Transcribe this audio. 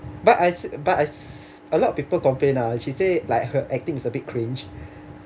but as but as a lot of people complain ah she say like her acting is a bit cringe